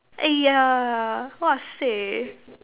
!aiya! !wahseh!